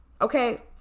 Okay